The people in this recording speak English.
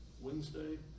Wednesday